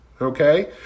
Okay